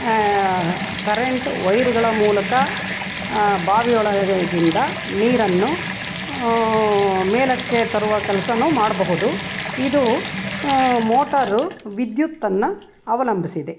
current ವೈರ್ಗಳ ಮೂಲಕ ಬಾವಿ ಒಳಗಿಂದ ನೀರನ್ನು ಮೇಲಕ್ಕೆ ತರುವ ಕೆಲಸನೂ ಮಾಡಬಹುದು ಇದು ಮೋಟಾರು ವಿದ್ಯುತ್ತನ್ನು ಅವಲಂಬಿಸಿದೆ